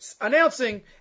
announcing